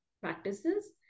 practices